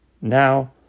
Now